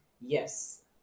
Yes